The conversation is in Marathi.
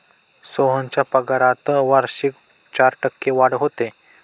सोहनच्या पगारात वार्षिक चार टक्के वाढ होते